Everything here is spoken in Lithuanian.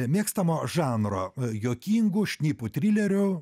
mėgstamo žanro juokingų šnipų trilerių